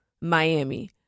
Miami